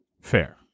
Fair